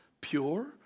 pure